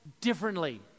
differently